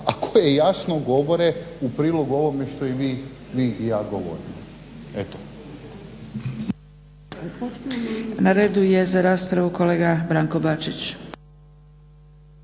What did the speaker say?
a koje jasno govore u prilog ovome što i vi i ja govorimo, eto. **Zgrebec, Dragica (SDP)** Na redu je za raspravu kolega Branko Bačić.